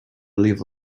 live